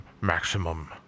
maximum